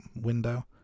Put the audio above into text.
window